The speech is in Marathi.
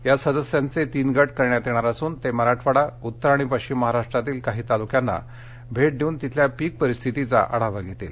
या सदस्यांचे तीन गट करण्यात येणार असून ते मराठवाडा उत्तर आणि पश्चिम महाराष्ट्रातील काही तालुक्यांना भेटी देऊन तिथल्या पीक परिस्थितीचा आढावा घेणार आहेत